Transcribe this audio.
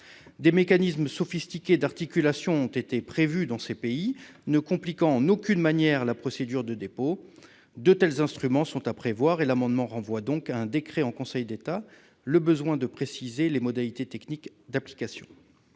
Des mécanismes sophistiqués d'articulation ont été prévus dans ces pays, ne compliquant en aucune manière la procédure de dépôt. De tels instruments sont à prévoir et l'amendement vise donc à renvoyer à un décret en Conseil d'État le besoin de préciser les modalités techniques d'application.